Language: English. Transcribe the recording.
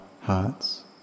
hearts